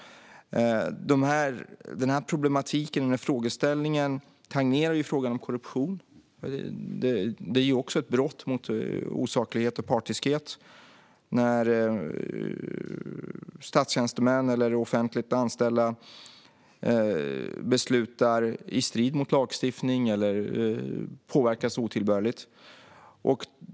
Denna problematik och denna frågeställning tangerar frågan om korruption. Det är ju också ett brott mot saklighet och opartiskhet när statstjänstemän eller offentligt anställda beslutar i strid med lagstiftning eller påverkas otillbörligt.